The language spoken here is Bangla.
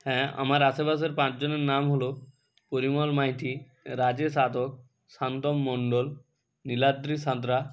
হ্যাঁ আমার আশেপাশের পাঁচ জনের নাম হল পরিমল মাইতি রাজেশ আদক সায়ন্তন মণ্ডল নীলাদ্রি সাঁতরা